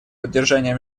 поддержания